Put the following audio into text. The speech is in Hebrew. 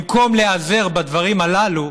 במקום להיעזר בדברים הללו,